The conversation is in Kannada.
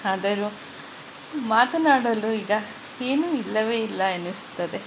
ಆದರೂ ಮಾತನಾಡಲು ಈಗ ಏನೂ ಇಲ್ಲವೇ ಇಲ್ಲ ಎನಿಸುತ್ತದೆ